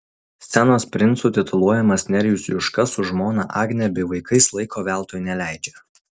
scenos princu tituluojamas nerijus juška su žmona agne bei vaikais laiko veltui neleidžia